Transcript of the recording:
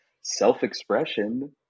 self-expression